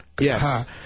Yes